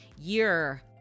year